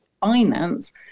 finance